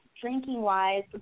drinking-wise